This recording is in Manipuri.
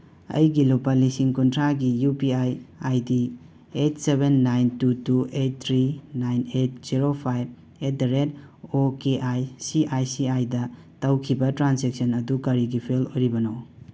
ꯑꯩꯒꯤ ꯂꯨꯄꯥ ꯂꯤꯁꯤꯡ ꯀꯨꯟꯊ꯭ꯔꯥꯒꯤ U P I I D eight seven nine two two eight three nine eight zero five at the rate O K I C I C ꯑꯥꯏꯗ ꯇꯧꯈꯤꯕ ꯇ꯭ꯔꯥꯟꯖꯦꯛꯁꯟ ꯑꯗꯨ ꯀꯔꯤꯒꯤ ꯐꯦꯜ ꯑꯣꯏꯔꯤꯕꯅꯣ